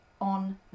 on